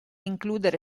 includere